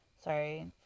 Sorry